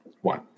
one